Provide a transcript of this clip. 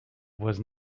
was